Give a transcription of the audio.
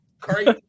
crazy